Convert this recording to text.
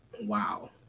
wow